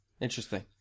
Interesting